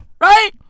Right